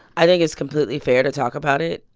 i think it's completely fair to talk about it.